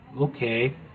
okay